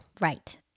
Right